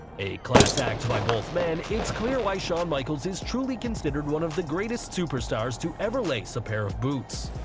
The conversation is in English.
a class act by both men, it's clear why shawn michaels is truly considered one of the greatest superstars to ever lace a pair of boots.